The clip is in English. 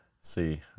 See